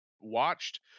watched